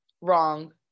wrong